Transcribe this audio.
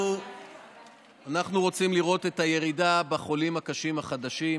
אנחנו רוצים לראות את הירידה בחולים הקשים החדשים,